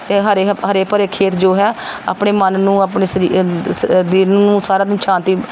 ਅਤੇ ਹਰੇ ਹ ਹਰੇ ਭਰੇ ਖੇਤ ਜੋ ਹੈ ਆਪਣੇ ਮਨ ਨੂੰ ਆਪਣੇ ਸਰੀ ਦਿਲ ਨੂੰ ਸਾਰਾ ਦਿਨ ਸ਼ਾਂਤੀ